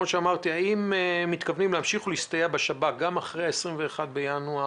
האם הם מתכוונים להמשיך ולהסתייע בשב"כ גם אחרי ה-21 בינואר,